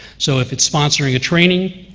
so, if it's sponsoring a training,